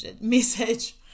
message